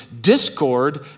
discord